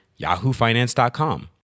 yahoofinance.com